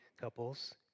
couples